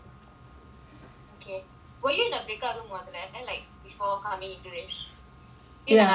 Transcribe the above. okay were you in a breakup ஆகுன:aguna like before coming into this were you in another breakup